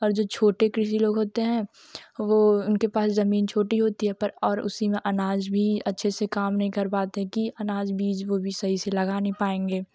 और जो छोटे कृषि लोग होते हैं वह उनके पास ज़मीन छोटी होती है पर और उसी में अनाज भी अच्छे से काम नहीं कर पाते कि अनाज बीज भी हो सही से लगा नहीं पाएँगे अभी